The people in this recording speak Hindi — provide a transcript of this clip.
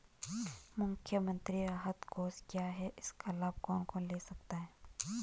मुख्यमंत्री राहत कोष क्या है इसका लाभ कौन कौन ले सकता है?